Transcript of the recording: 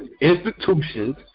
institutions